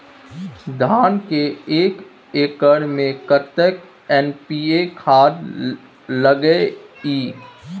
धान के एक एकर में कतेक एन.पी.ए खाद लगे इ?